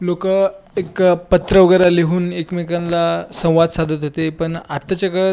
लोकं एक पत्र वगैरे लिहून एकमेकांना संवाद साधत होते पण आताच्या काळात